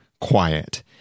quiet